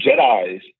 Jedis